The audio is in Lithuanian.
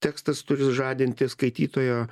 tekstas turi sužadinti skaitytojo